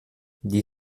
die